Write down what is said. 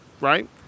right